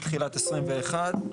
מתחילת 2021,